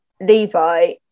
Levi